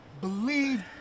believe